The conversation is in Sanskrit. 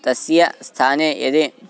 तस्य स्थाने यदि